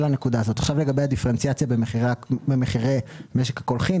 לגבי הדיפרנציאציה במחירי משק הקולחין.